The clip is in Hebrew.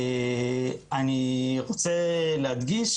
אני רוצה להדגיש